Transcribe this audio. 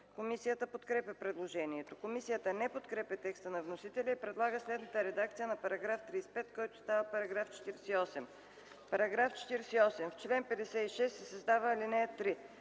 Комисията подкрепя предложението. Комисията не подкрепя текста на вносителя и предлага следната редакция на § 35, който става § 48: „§ 48. В чл. 56 се създава ал. 3: